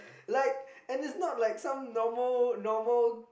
like and it's not like some normal normal